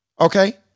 okay